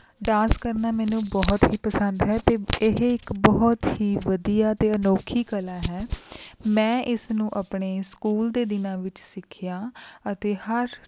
dance ਕਰਨਾ ਮੈਨੂੰ ਬਹੁਤ ਹੀ ਪਸੰਦ ਹੈ ਅਤੇ ਇਹ ਇੱਕ ਬਹੁਤ ਹੀ ਵਧੀਆ ਅਤੇ ਅਨੋਖੀ ਕਲਾ ਹੈ ਮੈਂ ਇਸਨੂੰ ਆਪਣੇ ਸਕੂਲ ਦੇ ਦਿਨਾਂ ਵਿੱਚ ਸਿੱਖਿਆ ਅਤੇ ਹਰ